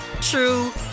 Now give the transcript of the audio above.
true